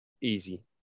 Easy